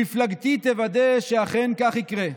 מפלגתי תוודא שאכן כך יקרה".